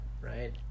right